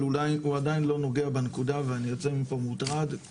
אבל הוא עדיין לא נוגע בנקודה ואני יוצא מפה מוטרד.